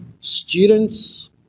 students